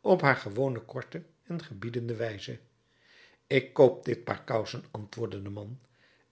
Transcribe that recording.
op haar gewone korte en gebiedende wijze ik koop dit paar kousen antwoordde de man